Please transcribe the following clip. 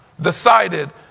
decided